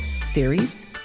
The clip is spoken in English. series